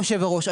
אני היושב-ראש,